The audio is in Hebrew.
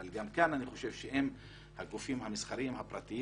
אבל גם כאן אני חושב שאם הגופים המסחריים הפרטיים